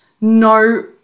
No